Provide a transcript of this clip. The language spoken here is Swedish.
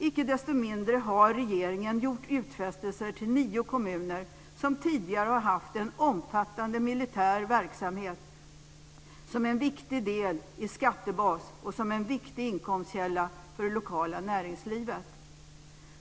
Icke desto mindre har regeringen gjort utfästelser till nio kommuner som tidigare har haft en omfattande militär verksamhet som en viktig del i skattebasen och som en viktig inkomstkälla för det lokala näringslivet.